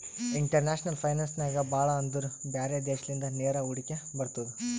international finance ನಾಗ್ ಭಾಳ ಅಂದುರ್ ಬ್ಯಾರೆ ದೇಶಲಿಂದ ನೇರ ಹೂಡಿಕೆ ಬರ್ತುದ್